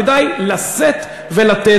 כדאי לשאת ולתת,